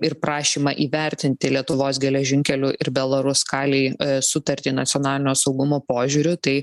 ir prašymą įvertinti lietuvos geležinkelių ir belaruskali sutartį nacionalinio saugumo požiūriu tai